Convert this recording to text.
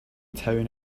town